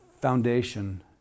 foundation